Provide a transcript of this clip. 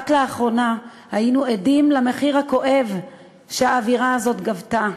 רק לאחרונה היינו עדים למחיר הכאוב שהאווירה הזאת גבתה.